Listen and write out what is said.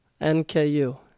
NKU